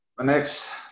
next